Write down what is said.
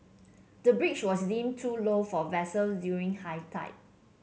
the bridge was deemed too low for vessel during high tide